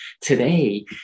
today